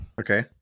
Okay